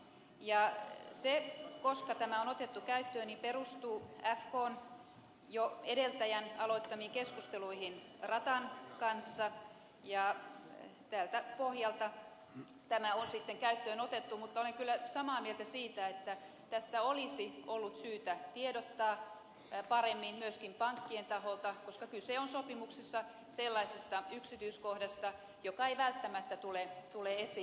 ja se koska tämä on otettu käyttöön perustuu jo fkn edeltäjän aloittamiin keskusteluihin ratan kanssa ja tältä pohjalta tämä on sitten käyttöön otettu mutta olen kyllä samaa mieltä siitä että tästä olisi ollut syytä tiedottaa paremmin myöskin pankkien taholta koska kyse on sopimuksessa sellaisesta yksityiskohdasta joka ei välttämättä tule esiin